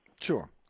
Sure